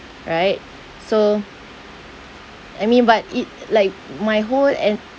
right so I mean but it like my whole and